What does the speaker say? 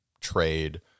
trade